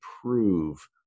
prove